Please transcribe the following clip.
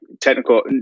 technical